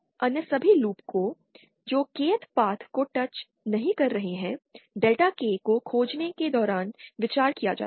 अन्य सभी लूप जो Kth पाथ को टच नहीं कर रहे हैं डेल्टा K को खोजने के दौरान विचार किया जाएगा